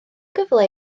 gyfle